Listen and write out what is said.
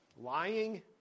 Lying